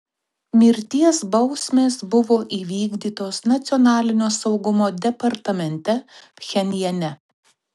mirties bausmės buvo įvykdytos nacionalinio saugumo departamente pchenjane